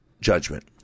judgment